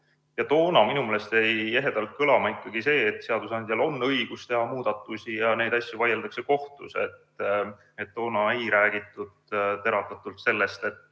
Toona jäi minu meelest ehedalt kõlama ikkagi see, et seadusandjal on õigus teha muudatusi ja neid asju vaieldakse kohtus. Toona ei räägitud teravdatult sellest, et